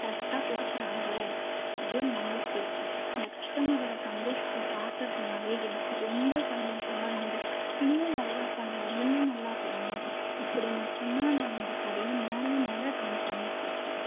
கரெக்டாக கொடுக்குறாங்க அப்படி ஒரு நம்பிக்கை இருக்கும் இந்த கஸ்டமரோட சந்தோஷத்தை பார்க்குறதுனாலே எனக்கு ரொம்ப சந்தோஷமாக இந்த இன்னும் நல்லா பண்ணணும் இன்னும் நல்லா பண்ணணும் இப்படி மட்டும்தான் நான் இந்த கடையை மேலே மேலே ரன் பண்ணிகிட்ருக்கேன்